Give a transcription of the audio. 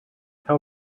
how